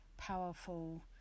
powerful